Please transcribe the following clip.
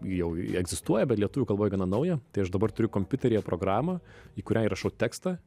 jau egzistuoja bet lietuvių kalboj gana nauja tai aš dabar turiu kompiuteryje programą į kurią įrašau tekstą